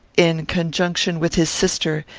in conjunction with his sister,